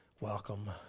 Welcome